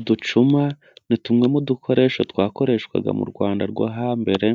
Uducuma ni tumwe mu dukoresho twakoreshwaga mu Rwanda rwo hambere